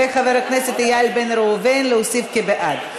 חבר הכנסת איל בן ראובן, להוסיף כבעד.